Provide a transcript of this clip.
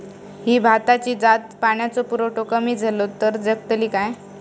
ही भाताची जात पाण्याचो पुरवठो कमी जलो तर जगतली काय?